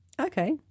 Okay